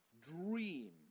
dream